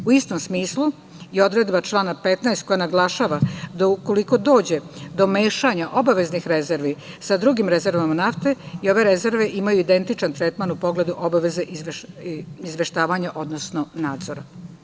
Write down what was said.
U istom smislu je i odredba člana 15. koja naglašava da ukoliko dođe do mešanja obaveznih rezervi sa drugim rezervama nafte i ove rezerve imaj u identičan tretman u pogledu obaveze i izveštavanja, odnosno nadzora.